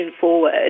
forward